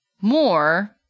more